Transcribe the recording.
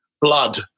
blood